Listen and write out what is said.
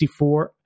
64